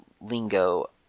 lingo